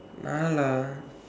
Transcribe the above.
ya lah